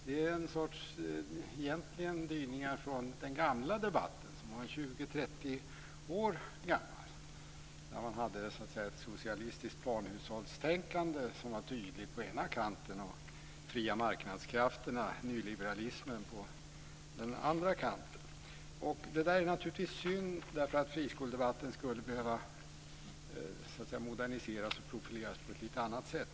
Det är egentligen dyningar från den gamla debatten som är 20-30 år gammal, då man hade ett socialistiskt planhushållstänkande som var tydligt på den ena kanten och de fria marknadskrafterna och nyliberalismen på den andra kanten. Detta är naturligtvis synd, därför att friskoledebatten skulle behöva moderniseras och profileras på ett lite annat sätt.